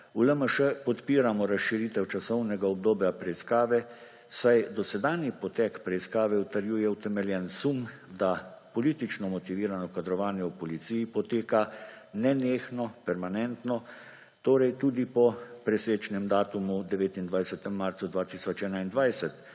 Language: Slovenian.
v LMŠ podpiramo razširitev časovnega obdobja preiskave, saj dosedanji potek preiskave utrjuje utemeljen sum, da politično motivirano kadrovanje v policiji poteka nenehno, permanentno, torej tudi po presečnem datumu, po 29. marcu 2021,